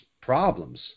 problems